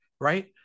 right